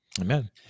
Amen